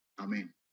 Amen